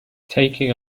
taking